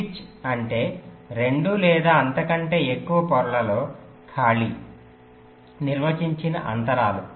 pitch అంటే రెండు లేదా అంతకంటే ఎక్కువ పొరలలో ఖాళీ నిర్వచించిన అంతరాలు